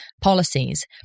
policies